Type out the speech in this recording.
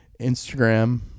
instagram